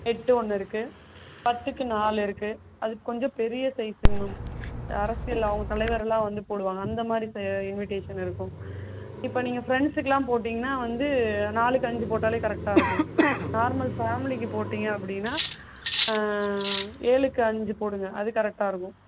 எட்டு ஒன்று இருக்குது பத்துக்கு நாலு இருக்குது அது கொஞ்சம் பெரிய சைஸுங்க மேம் அரசியல் அவங்க தலைவரெலாம் வந்து போடுவாங்கள் அந்தமாதிரி ச இன்விடேஷன்ஸ் இருக்கும் இப்போ நீங்கள் ஃப்ரண்ட்ஸ்க்கெலாம் போட்டிங்கனால் வந்து நாலுக்கு அஞ்சு போட்டாலே கரெக்டாயிருக்கும் நார்மல் ஃபேமிலிக்கு போட்டிங்கள் அப்படின்னா ஏழுக்கு அஞ்சு போடுங்கள் அது கரெக்டாயிருக்கும்